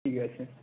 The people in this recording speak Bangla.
ঠিক আছে